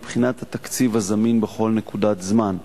מבחינת התקציב הזמין בכל נקודת זמן.